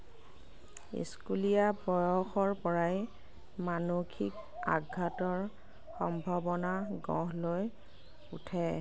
স্কুলীয়া বয়সৰ পৰাই মানসিক আঘাতৰ সম্ভাৱনা গঢ় লৈ উঠে